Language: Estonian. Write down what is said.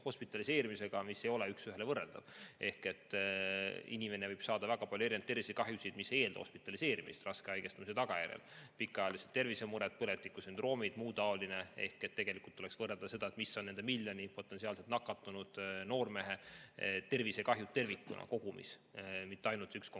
Need ei ole üks ühele võrreldavad. Inimene võib saada väga palju tervisekahjusid, mis ei eelda hospitaliseerimist raske haigestumise tagajärjel: pikaajalised tervisemured, põletikusündroomid, muu taoline. Ehk tegelikult tuleks võrrelda seda, mis on nende miljoni potentsiaalselt nakatunud noormehe tervisekahjud tervikuna, kogumis, mitte ainult konkreetne